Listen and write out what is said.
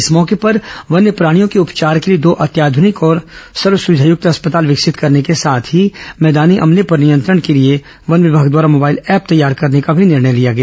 इस मौके पर वन्यप्राणियों के उपचार के लिए दो अत्याध्रनिक और सर्व सुविधायुक्त अस्पताल विकसित करने के साथ ही मैदानी अमलों पर नियंत्रण के लिए वन विभाग द्वारा मोबाइल ऐप तैयार करने का भी निर्णय लिया गया